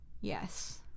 Yes